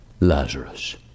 Lazarus